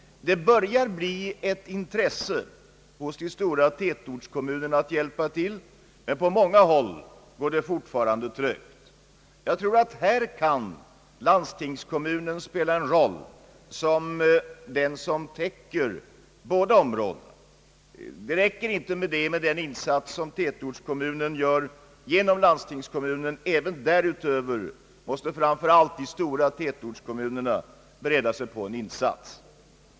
Det börjar bli ett intresse hos de stora tätortskommunerna att hjälpa till, men på många håll går det fortfarande trögt. Här kan landstingskommunen spela en roll i egenskap av den som täcker båda områdena. Det räcker dock inte med den insats, som tätortskommunen gör genom landstingskommunen, utan därutöver måste framför allt de stora tätortskommunerna bereda sig på en insats.